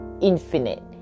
Infinite